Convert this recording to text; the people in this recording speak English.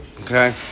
Okay